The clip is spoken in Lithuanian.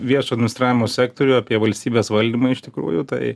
viešo administravimo sektorių apie valstybės valdymą iš tikrųjų tai